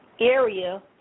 area